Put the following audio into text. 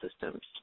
systems